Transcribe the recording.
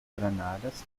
granadas